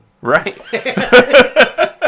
Right